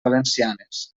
valencianes